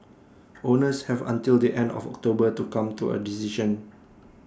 owners have until the end of October to come to A decision